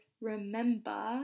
remember